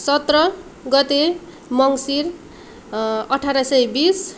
सत्र गते मङ्सिर अठार सय बिस